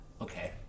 Okay